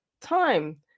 time